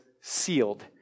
sealed